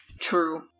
True